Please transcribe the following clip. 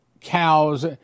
cows